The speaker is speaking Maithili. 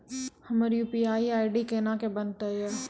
हमर यु.पी.आई आई.डी कोना के बनत यो?